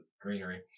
greenery